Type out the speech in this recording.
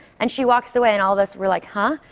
and she walks away, and all of us were like, huh?